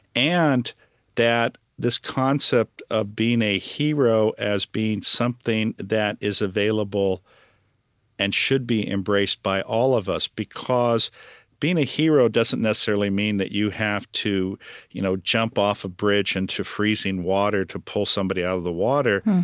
and that this concept of ah being a hero as being something that is available and should be embraced by all of us, because being a hero doesn't necessarily mean that you have to you know jump off a bridge into freezing water to pull somebody out of the water.